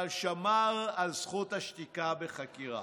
אבל שמר על זכות השתיקה בחקירה.